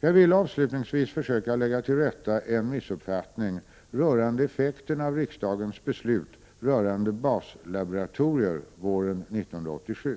Jag vill avslutningsvis försöka lägga till rätta en missuppfattning rörande effekterna av riksdagens beslut rörande baslaboratorier våren 1987.